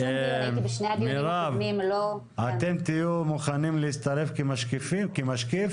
מירב, אתם תהיו מוכנים להצטרף כמשקיף?